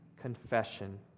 confession